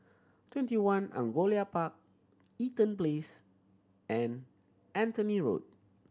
Twenty One Angullia Park Eaton Place and Anthony Road